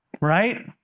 right